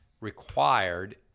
required